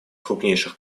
крупнейших